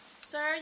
Sir